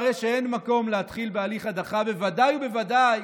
והרי שאין מקום להתחיל בהליך הדחה, ודאי ובוודאי